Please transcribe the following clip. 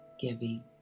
giving